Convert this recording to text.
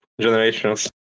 generations